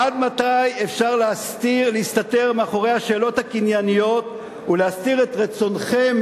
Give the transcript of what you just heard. עד כמה אפשר להסתתר מאחורי השאלות הקנייניות ולהסתיר את רצונכם,